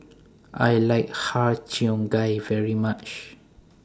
I like Har Cheong Gai very much